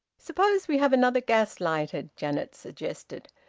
suppose we have another gas lighted, janet suggested.